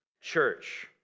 church